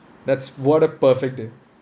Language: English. that's what a perfect day